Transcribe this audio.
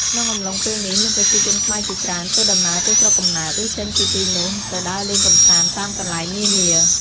ក្នុងអំឡុងពេលនេះមានប្រជាជនខ្មែរជាច្រើនធ្វើដំណើរទៅស្រុកកំណើត ឬ ចេញពីទីនោះទៅដើរលេងកម្សាន្តតាមកន្លែងនានា។